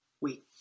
Wait